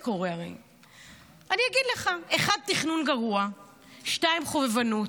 אני אגיד לך: 1. תכנון גרוע; 2. חובבנות,